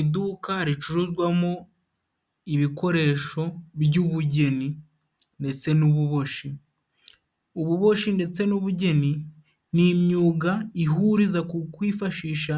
Iduka ricuruzwamo ibikoresho by'ubugeni ndetse n'ububoshi. Ububoshi ndetse n'ubugeni, ni imyuga ihuriza ku kwifashisha